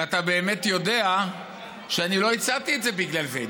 ואתה באמת יודע שאני לא הצעתי את זה בגלל זה.